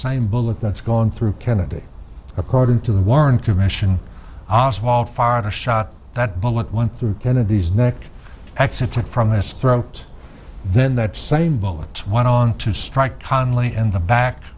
same bullet that's going through kennedy according to the warren commission of all foreigners shot that bullet went through kennedy's neck exit took from his throat then that same bullets went on to strike conley in the back